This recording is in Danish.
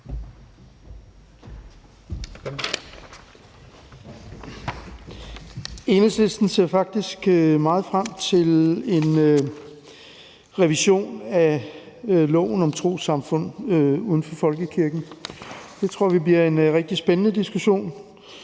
Enhedslisten ser faktisk meget frem til en revision af loven om trossamfund uden for folkekirken. Det tror vi bliver en rigtig spændende diskussion,